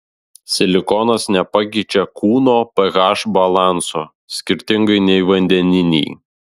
silikonas nepakeičia kūno ph balanso skirtingai nei vandeniniai